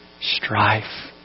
strife